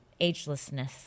agelessness